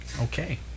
Okay